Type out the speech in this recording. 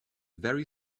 very